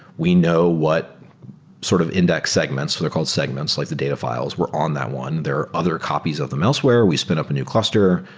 we know what sort of index segments, what are called segments, like the data files, were on that one. there are other copies of them elsewhere. we spin up a new cluster.